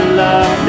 love